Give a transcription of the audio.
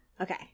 Okay